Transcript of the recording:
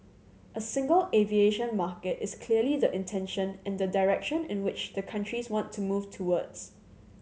a single aviation market is clearly the intention and the direction in which the countries want to move towards